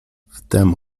wtem